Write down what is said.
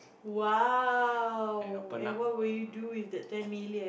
!wow! and what will you do with that ten million